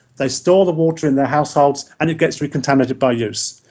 they store the water in their households and it gets re-contaminated by use.